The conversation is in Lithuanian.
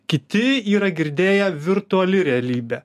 kiti yra girdėję virtuali realybė